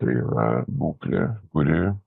tai yra būklė kuri